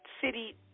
City